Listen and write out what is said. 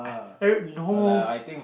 I don't know